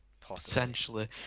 Potentially